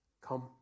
come